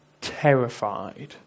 terrified